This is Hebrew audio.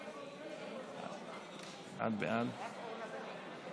התש"ף 2020, לא נתקבלה.